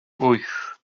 wyth